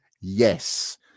yes